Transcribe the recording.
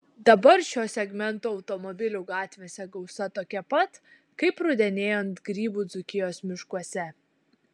dabar šio segmento automobilių gatvėse gausa tokia pat kaip rudenėjant grybų dzūkijos miškuose